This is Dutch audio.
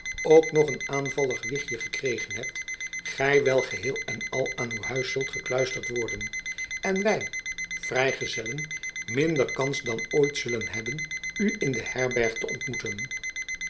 ook nog een aanvallig wichtjen gekregen hebt gy wel geheel en al aan uw huis zult gekluisterd worden en wy vrij gezellen minder kans dan ooit zullen hebben u in de herberg te ontmoeten